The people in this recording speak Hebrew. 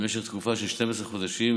למשך תקופה של 12 חודשים,